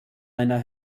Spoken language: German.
einer